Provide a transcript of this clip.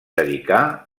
dedicar